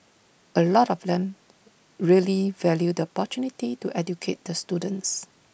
A lot of them really value the opportunity to educate the students